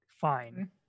Fine